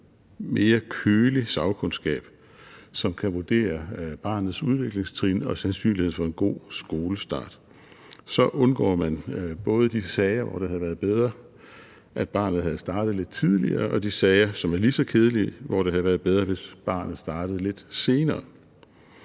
mere kølig sagkundskab, som kan vurdere barnets udviklingstrin og sandsynlighed for en god skolestart. Så undgår man både de sager, hvor det havde været bedre, at barnet havde startet lidt tidligere, og de sager, som er lige så kedelige, hvor det havde været bedre, at barnet havde startet lidt senere.